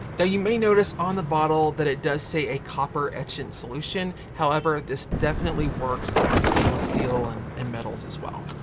now you may notice on the bottle that it does say a copper etchant solution, however this definitely works on stainless steel and and metals as well.